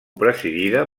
presidida